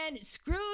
screwed